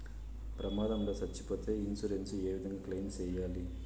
ప్రమాదం లో సచ్చిపోతే ఇన్సూరెన్సు ఏ విధంగా క్లెయిమ్ సేయాలి?